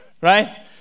Right